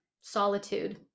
solitude